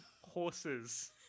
horses